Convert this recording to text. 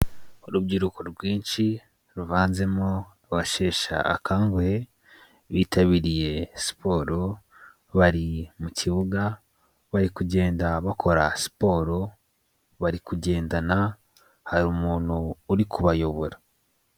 Urubyiruko rwinshi ruvanzemo rwashesha akanguhe bitabiriye siporo bari mu kibuga bari kugenda bakora siporo bari kugendana hari umuntu uri kubayobora.